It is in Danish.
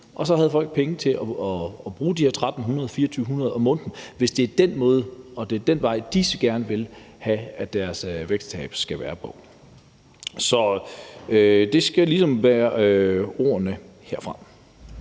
og så havde folk penge, så de kunne bruge de her 1.300-2.400 kr. om måneden, hvis det var på den måde og ad den vej, de gerne ville have at deres vægttab skulle ske. Så det skal ligesom være ordene herfra.